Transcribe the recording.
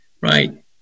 Right